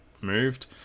moved